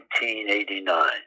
1989